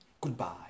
goodbye